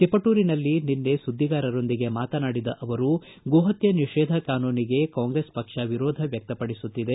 ತಿಪಟೂರಿನಲ್ಲಿ ನಿನ್ನೆ ಸುದ್ದಿಗಾರರೊಂದಿಗೆ ಮಾತನಾಡಿದ ಅವರು ಗೋಹತ್ಕೆ ನಿಷೇಧ ಕಾನೂನಿಗೆ ಕಾಂಗ್ರೆಸ್ ಪಕ್ಷ ವಿರೋಧ ವ್ಯಕ್ತಪಡಿಸುತ್ತಿದೆ